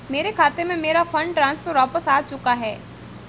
मेरे खाते में, मेरा फंड ट्रांसफर वापस आ चुका है